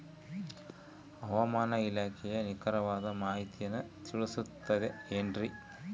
ಹವಮಾನ ಇಲಾಖೆಯ ನಿಖರವಾದ ಮಾಹಿತಿಯನ್ನ ತಿಳಿಸುತ್ತದೆ ಎನ್ರಿ?